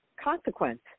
consequence